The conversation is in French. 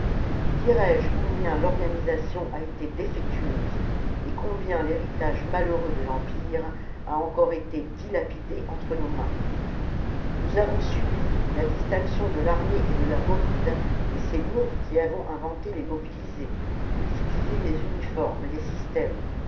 dirai-je combien l'organisation a été défectueuse et combien l'héritage malheureux de l'empire a encore été dilapidé entre nos mains nous avons subi la distinction de l'armée et de la mobile mais c'est nous qui avons inventé les mobilisés multiplié les uniformes et les systèmes